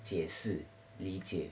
解释理解